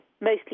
mostly